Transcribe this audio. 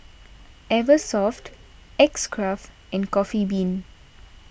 Eversoft X Craft and Coffee Bean